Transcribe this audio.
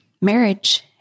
marriage